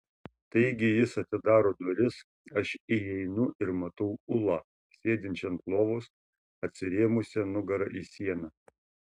taigi jis atidaro duris aš įeinu ir matau ulą sėdinčią ant lovos atsirėmusią nugara į sieną